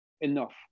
enough